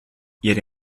ihre